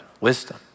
Wisdom